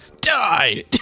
Die